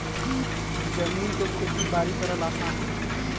जमीन पे खेती बारी करल आसान होला